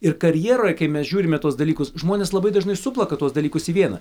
ir karjeroje kai mes žiūrime tuos dalykus žmonės labai dažnai suplaka tuos dalykus į vieną